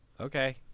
Okay